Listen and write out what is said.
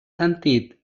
sentit